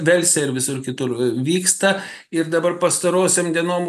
velse ir visur kitur vyksta ir dabar pastarosiom dienom